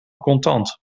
contant